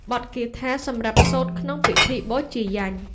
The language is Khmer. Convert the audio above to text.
បទគាថាសម្រាប់សូត្រក្នុងពិធីបូជាយញ្ញ។